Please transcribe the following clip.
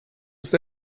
ist